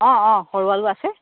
অঁ অঁ সৰু আলু আছে